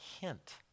hint